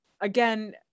again